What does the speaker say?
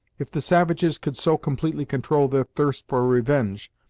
if the savages could so completely control their thirst for revenge,